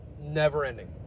never-ending